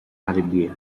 arabia